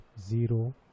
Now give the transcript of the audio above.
zero